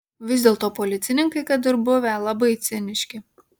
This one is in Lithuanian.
vis dėlto policininkai kad ir buvę labai ciniški